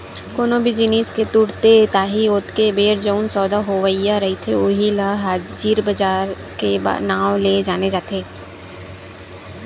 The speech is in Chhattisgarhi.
कोनो भी जिनिस के तुरते ताही ओतके बेर जउन सौदा होवइया रहिथे उही ल हाजिर बजार के नांव ले जाने जाथे